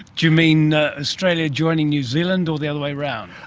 do you mean australia joining new zealand or the other way around?